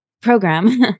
program